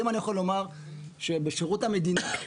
היום אני יכול לומר שבשירות המדינה,